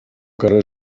cares